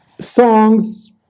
songs